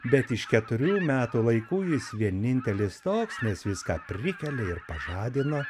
bet iš keturių metų vaikų jis vienintelis toks nes viską prikelia ir pažadina